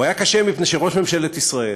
הוא היה קשה מפני שראש ממשלת ישראל